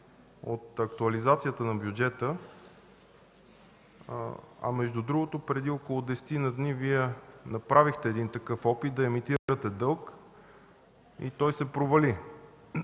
от актуализацията на бюджета. Между другото, преди около десетина дни Вие направихте опит да емитирате дълг и той се провали.